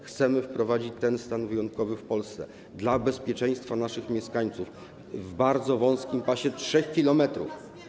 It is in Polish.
Chcemy wprowadzić ten stan wyjątkowy w Polsce, dla bezpieczeństwa naszych mieszkańców, w bardzo wąskim pasie 3 km.